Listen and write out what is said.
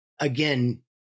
again